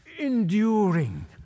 enduring